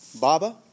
Baba